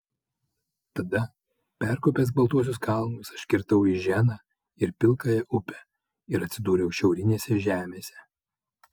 tada perkopęs baltuosius kalnus aš kirtau iženą ir pilkąją upę ir atsidūriau šiaurinėse žemėse